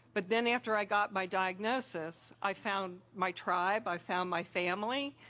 but then after i got my diagnosis, i found my tribe, i found my family,